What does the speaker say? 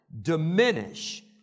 Diminish